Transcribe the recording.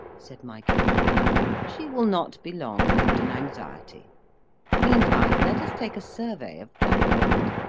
said my guide she will not be long left in anxiety meantime, let us take a survey of flatland.